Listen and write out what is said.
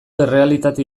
errealitate